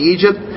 Egypt